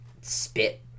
spit